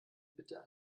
bitte